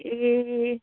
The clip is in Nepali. ए